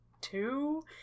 two